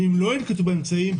ואם לא ינקטו באמצעים,